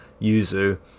Yuzu